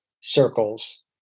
circles